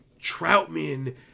Troutman